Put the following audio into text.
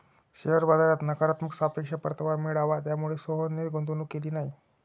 share बाजारात नकारात्मक सापेक्ष परतावा मिळाला, त्यामुळेच सोहनने गुंतवणूक केली नाही